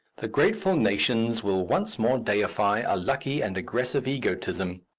the grateful nations will once more deify a lucky and aggressive egotism.